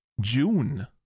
June